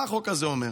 מה החוק הזה אומר?